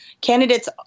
candidates